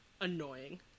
annoying